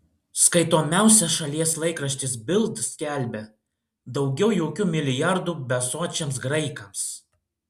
skaitomiausias šalies laikraštis bild skelbia daugiau jokių milijardų besočiams graikams